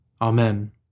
Amen